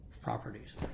properties